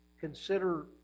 consider